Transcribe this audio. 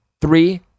three